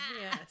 Yes